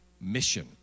mission